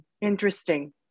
Interesting